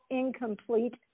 incomplete